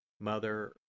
Mother